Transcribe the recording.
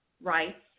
rights